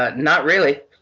ah not really,